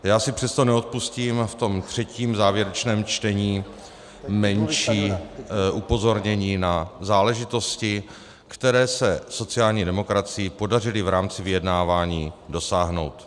Já si přesto neodpustím ve třetím, závěrečném čtení menší upozornění na záležitosti, které se sociální demokracii podařily v rámci vyjednávání dosáhnout.